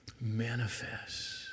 manifest